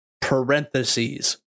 parentheses